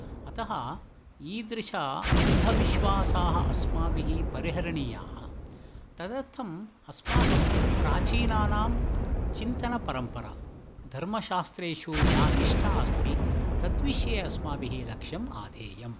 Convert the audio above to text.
अतः ईदृश अन्धविश्वासाः अस्माभिः परिहरणीयाः तदर्थम् अस्माकं प्राचीनानां चिन्तनपरम्परा धर्मशास्त्रेषु या निष्ठा अस्ति तद्विषये अस्माभिः लक्षम् आधेयम्